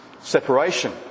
separation